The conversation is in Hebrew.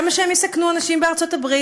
למה שהם יסכנו אנשים בארצות-הברית?